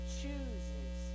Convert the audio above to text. chooses